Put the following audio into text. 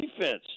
defense